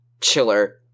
Chiller